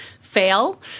fail